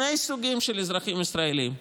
יש שני סוגים של אזרחים ישראלים: